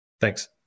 thanks